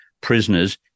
prisoners